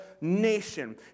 nation